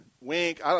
Wink